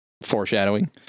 Foreshadowing